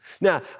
Now